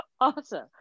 Awesome